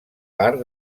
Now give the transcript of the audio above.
part